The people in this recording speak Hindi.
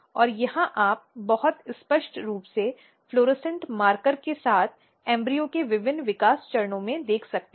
और यहां आप बहुत स्पष्ट रूप से फ्लोरोसेंट मार्कर के साथ भ्रूण के विभिन्न विकास चरणों में देख सकते हैं